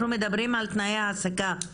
אנחנו מדברים פה על תנאי העסקה,